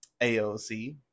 AOC